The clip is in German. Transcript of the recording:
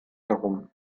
herum